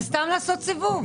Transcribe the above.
זה סתם לעשות סיבוב.